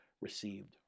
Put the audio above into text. received